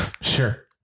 sure